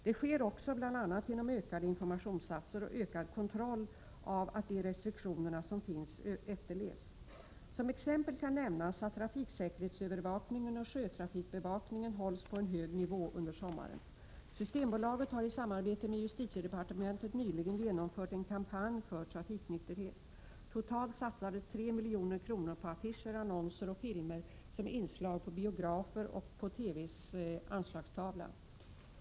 Det sker också, bl.a. genom ökade informationsinsatser och ökad kontroll av att de restriktioner som finns efterlevs. Som exempel kan nämnas att trafiksäkerhetsövervakningen och sjötrafikbevakningen hålls på en hög nivå under sommaren. Systembolaget har i samarbete med justitiedepartementet nyligen genomfört en kampanj för trafiknykterhet. Totalt satsades 3 milj.kr. på affischer, annonser och filmer som inslag på biografer och på TV:s anslagstavla.